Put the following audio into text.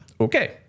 Okay